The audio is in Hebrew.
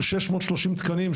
על שש מאות שלושים תקנים,